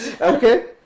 okay